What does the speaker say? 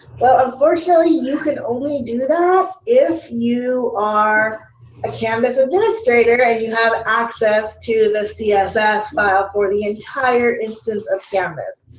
well, unfortunately you can only do that if you are a canvas administrator and you have access to the css file for the entire instance of canvas.